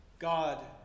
God